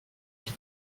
est